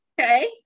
Okay